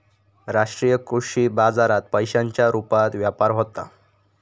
राष्ट्रीय कृषी बाजारात पैशांच्या रुपात व्यापार होता